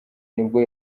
nubwo